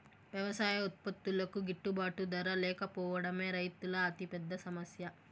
వ్యవసాయ ఉత్పత్తులకు గిట్టుబాటు ధర లేకపోవడమే రైతుల అతిపెద్ద సమస్య